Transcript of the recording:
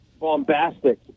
bombastic